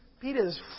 Peter's